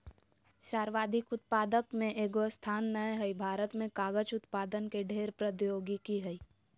सर्वाधिक उत्पादक में एगो स्थान नय हइ, भारत में कागज उत्पादन के ढेर प्रौद्योगिकी हइ